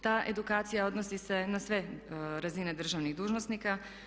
Ta edukacija odnosi se na sve razine državnih dužnosnika.